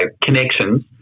connections